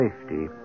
safety